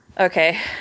Okay